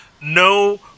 no